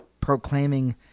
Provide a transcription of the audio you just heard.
proclaiming